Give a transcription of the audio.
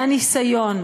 היה ניסיון,